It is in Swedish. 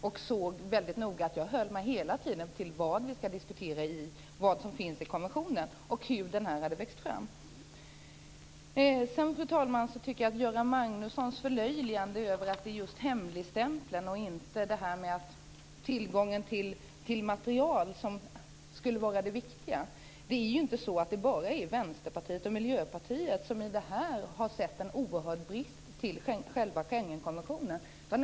Han kommer att se att jag hela tiden höll mig till vad vi skulle diskutera, vad som finns i konventionen och hur den har växt fram. Fru talman! Jag tycker att Göran Magnusson förlöjligar att det är just hemligstämpeln, och inte tillgången till material, som skulle vara det viktiga. Det är inte bara Vänsterpartiet och Miljöpartiet som i detta har sett en oerhörd brist i själva Schengenkonventionen.